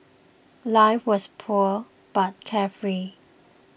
life was poor but carefree